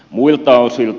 muilta osilta